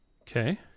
Okay